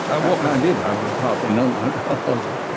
i did have a part in um others.